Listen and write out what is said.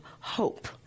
hope